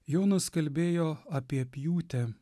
jonas kalbėjo apie pjūtę